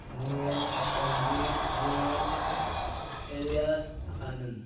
नुएल Pranjit Juel Elias Anand